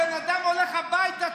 הבן אדם הולך הביתה,